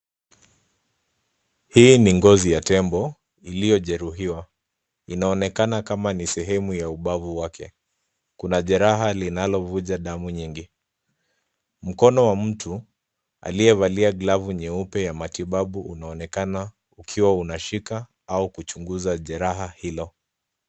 Hii ni ngozi ya tembo iliyojeruhiwa. Inaonekana kama ni sehemu ya ubavu wake. Kuna jeraha linalovuja damu nyingi. Mkono wa mtu aliyevalia glavu nyeupe ya matibabu unaonekana ukiwa unashika au kuchunguza jeraha hilo .